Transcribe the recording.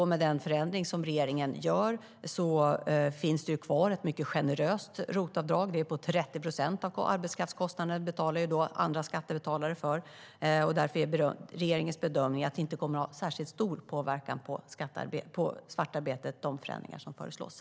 Med den förändring som regeringen gör finns ett mycket generöst ROT-avdrag kvar: 30 procent av arbetskraftskostnaden betalar andra skattebetalare för, och därför är det regeringens bedömning att de förändringar som föreslås inte kommer att ha särskilt stor påverkan på svartarbetet.